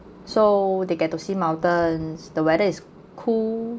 so they get to see mountains the weather is cool